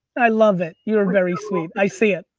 i love it. you're very sweet. i see it.